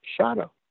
shadow